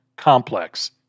complex